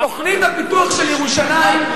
תוכנית הפיתוח של ירושלים,